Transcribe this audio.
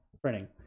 printing